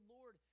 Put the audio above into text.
Lord